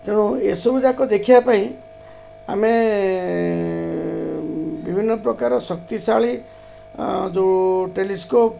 ତେଣୁ ଏସବୁ ଯାକ ଦେଖିବା ପାଇଁ ଆମେ ବିଭିନ୍ନ ପ୍ରକାର ଶକ୍ତିଶାଳୀ ଯେଉଁ ଟେଲିସ୍କୋପ୍